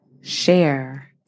share